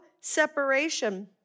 separation